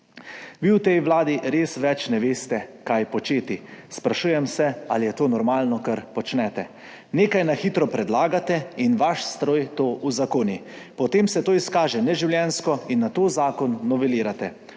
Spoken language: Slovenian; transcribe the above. Vi v tej vladi res več ne veste, kaj početi. Sprašujem se, ali je to normalno, kar počnete, nekaj na hitro predlagate in vaš stroj to uzakoni, potem se to izkaže za neživljenjsko in nato zakon novelirate,